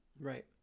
Right